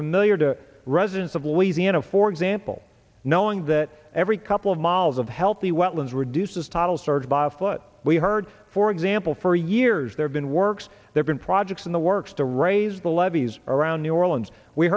familiar to residents of louisiana for example knowing that every couple of miles of healthy wetlands reduces tidal surge by a foot we heard for example for years there's been works there been projects in the works to raise the levees around new orleans we